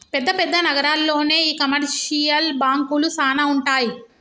పెద్ద పెద్ద నగరాల్లోనే ఈ కమర్షియల్ బాంకులు సానా ఉంటాయి